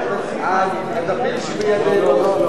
הדפים שבידינו, לא, לא.